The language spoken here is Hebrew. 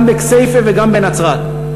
גם בכסייפה וגם בנצרת,